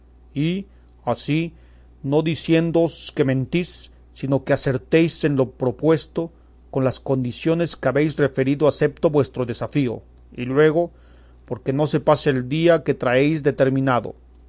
y así no diciéndoos que mentís sino que no acertáis en lo propuesto con las condiciones que habéis referido aceto vuestro desafío y luego porque no se pase el día que traéis determinado